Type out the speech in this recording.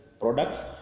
products